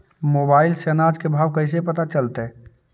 Mobile से अनाज के भाव कैसे पता चलतै?